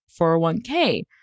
401k